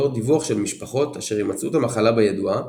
לאור דיווח של משפחות אשר המצאות המחלה בה ידועה,